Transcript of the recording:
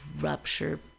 rupture